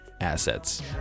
assets